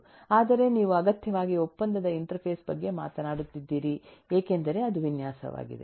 ಆದರೆ ನೀವು ಅಗತ್ಯವಾಗಿ ಒಪ್ಪಂದದ ಇಂಟರ್ಫೇಸ್ ಬಗ್ಗೆ ಮಾತನಾಡುತ್ತಿದ್ದೀರಿ ಏಕೆಂದರೆ ಅದು ವಿನ್ಯಾಸವಾಗಿದೆ